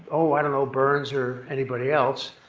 oh i don't know burns or anybody else,